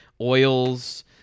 oils